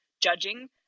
judging